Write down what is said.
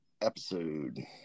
episode